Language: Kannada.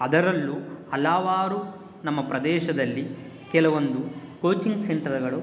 ಅದರಲ್ಲೂ ಹಲವಾರು ನಮ್ಮ ಪ್ರದೇಶದಲ್ಲಿ ಕೆಲವೊಂದು ಕೋಚಿಂಗ್ ಸೆಂಟರ್ಗಳು